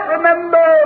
Remember